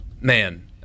Man